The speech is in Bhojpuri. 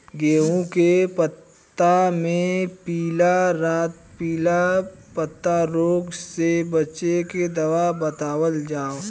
गेहूँ के पता मे पिला रातपिला पतारोग से बचें के दवा बतावल जाव?